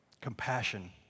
Compassion